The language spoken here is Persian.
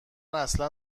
اصلا